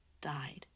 died